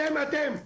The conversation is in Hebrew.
אתם ואתם,